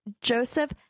joseph